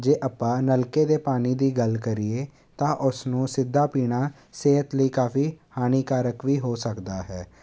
ਜੇ ਆਪਾਂ ਨਲਕੇ ਦੇ ਪਾਣੀ ਦੀ ਗੱਲ ਕਰੀਏ ਤਾਂ ਉਸ ਨੂੰ ਸਿੱਧਾ ਪੀਣਾ ਸਿਹਤ ਲਈ ਕਾਫੀ ਹਾਨੀਕਾਰਕ ਵੀ ਹੋ ਸਕਦਾ ਹੈ